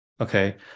Okay